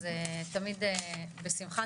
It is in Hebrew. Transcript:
אז תמיד בשמחה,